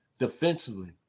Defensively